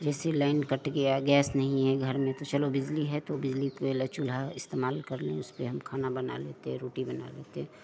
जैसे line cut गया gas नहीं है घर में तो चलो बिजली है तो बिजली पे ले चूल्हा इस्तेमाल कर लें उसपे हम खाना बना लेते हैं रोटी बना लेते हैं